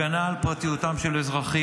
הגנה על פרטיותם של אזרחים,